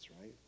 right